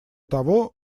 того